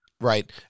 Right